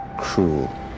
cruel